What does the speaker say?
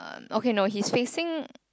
okay no he's facing